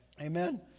Amen